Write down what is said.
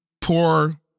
poor